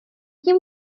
tím